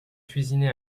cuisiné